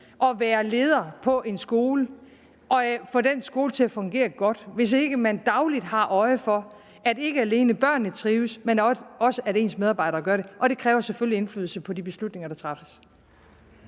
at være leder på en skole og få den skole til at fungere godt, hvis ikke man dagligt har øje for, ikke alene at børnene trives, men også at ens medarbejdere gør det. Og det kræver selvfølgelig indflydelse på de beslutninger, der træffes.